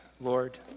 Lord